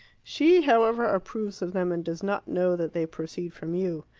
she, however, approves of them, and does not know that they proceed from you.